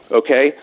okay